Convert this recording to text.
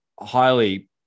highly